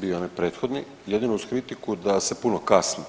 bio onaj prethodni, jedino uz kritiku da se puno kasni.